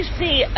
see